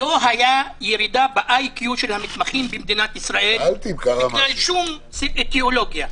לא הייתה ירידה ב-IQ של המתמחים במדינת ישראל בגלל שום אטיולוגיה.